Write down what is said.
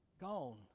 gone